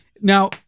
Now